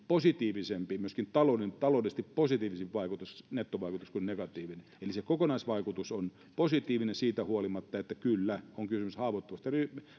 on positiivisempi myöskin taloudellisesti positiivisempi nettovaikutus kuin negatiivinen eli se kokonaisvaikutus on positiivinen siitä huolimatta että kyllä on kysymys haavoittuvasta